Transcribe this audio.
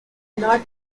not